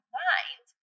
mind